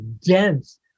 dense